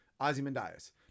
Ozymandias